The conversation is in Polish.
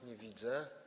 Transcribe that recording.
Nie widzę.